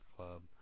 Club